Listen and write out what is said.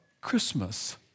Christmas